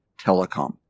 telecom